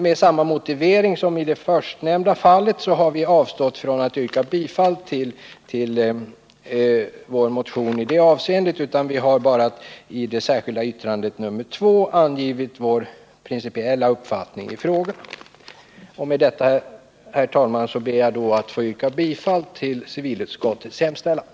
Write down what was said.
Med samma motivering som i det förstnämnda fallet har vi dock avstått från att reservera oss till förmån för vår motion i detta avseende. Vi har bara i det särskilda yttrandet nr 2 angivit vår principiella uppfattning i frågan. Med detta, herr talman, yrkar jag bifall till civilutskottets hemställan.